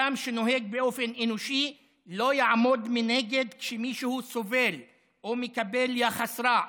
אדם שנוהג באופן אנושי לא יעמוד מנגד כשמישהו סובל או מקבל יחס רע.